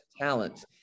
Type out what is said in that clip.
talents